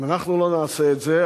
אם אנחנו לא נעשה את זה,